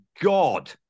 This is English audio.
God